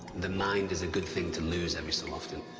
the mind is a good thing to lose every so often.